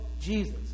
Jesus